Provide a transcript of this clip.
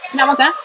nak makan